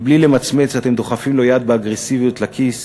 ובלי למצמץ אתם דוחפים לו יד באגרסיביות לכיס